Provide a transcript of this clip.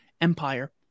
empire